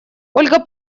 ольга